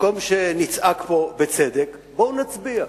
ובמקום שנצעק פה, בצדק, בואו נצביע.